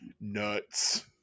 nuts